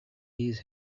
miss